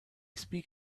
speak